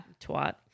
Twat